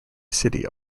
city